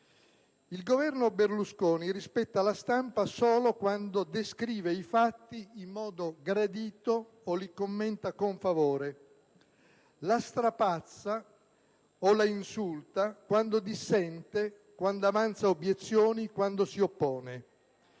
Il Governo Berlusconi rispetta la stampa solo quando descrive i fatti in modo gradito o li commenta con favore. La strapazza o la insulta quando dissente, quando avanza obiezioni, quando si oppone.